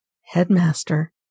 headmaster